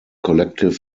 collective